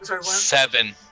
Seven